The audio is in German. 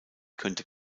könnte